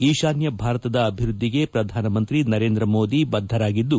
ಈಶಾನ್ತ ಭಾರತದ ಅಭಿವೃದ್ಧಿಗೆ ಪ್ರಧಾನಮಂತ್ರಿ ನರೇಂದ್ರ ಮೋದಿ ಬದ್ಧರಾಗಿದ್ದು